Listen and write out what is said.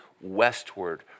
westward